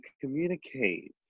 communicate